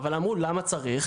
אז אמרו למה צריך?